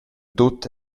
tut